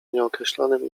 nieokreślonym